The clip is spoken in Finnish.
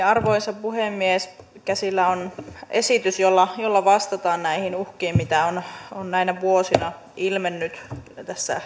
arvoisa puhemies käsillä on esitys jolla jolla vastataan näihin uhkiin mitä on on näinä vuosina ilmennyt tässä